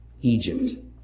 Egypt